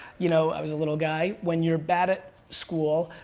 you know i was a little guy, when you're bad at school,